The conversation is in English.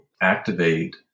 activate